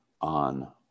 on